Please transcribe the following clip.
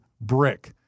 BRICK